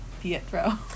pietro